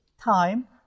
time